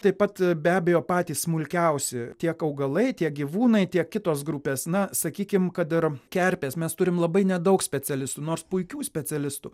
taip pat be abejo patys smulkiausi tiek augalai tiek gyvūnai tiek kitos grupės na sakykim kad ir kerpės mes turim labai nedaug specialistų nors puikių specialistų